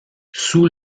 sous